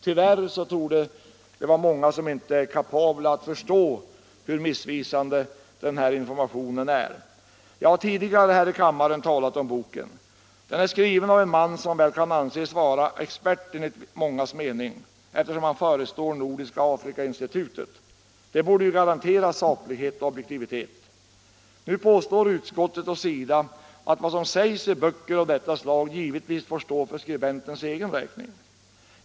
Tyvärr torde många inte vara kapabla att förstå hur missvisande denna information är. Jag har tidigare talat om den här boken. Den är skriven av en man som enligt mångas mening kan anses vara expert, eftersom han förestår Nordiska Afrikainstitutet, vilket borde garantera saklighet och objektivitet. Utskottet och SIDA påstår nu att vad som sägs i böcker av detta slag givetvis får stå för skribentens egen räkning.